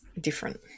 different